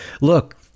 look